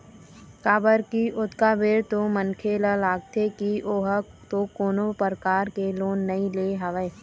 काबर की ओतका बेर तो मनखे ल लगथे की ओहा तो कोनो परकार ले लोन नइ ले हवय